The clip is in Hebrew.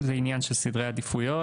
זה עניין של סדרי עדיפויות,